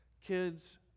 Kids